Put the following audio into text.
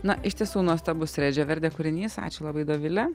na iš tiesų nuostabus redžio verde kūrinys ačiū labai dovile